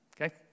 okay